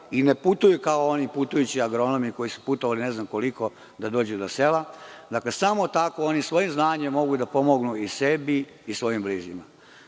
i ne putuju kao oni putujući agronomi koji su putovali ne znam koliko da dođu do sela, samo tako oni svojim znanjem mogu da pomognu i sebi i svojim bližnjima. Ja